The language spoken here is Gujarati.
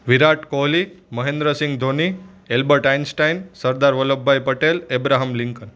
Virat Kohli Mahendrasingh Dhoni Albert Einstein Sardar Vallabhbhai Patel Abraham Lincoln